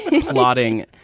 plotting